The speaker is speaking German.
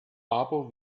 aber